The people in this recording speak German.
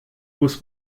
muss